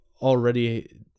already